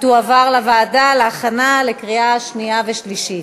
היא תועבר לוועדה להכנה לקריאה שנייה ושלישית.